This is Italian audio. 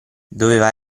doveva